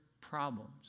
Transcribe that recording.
problems